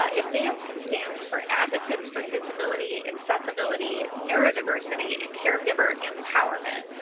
ah advance stands for advocates for disability accessibility neurodiversity and care giver empowerment.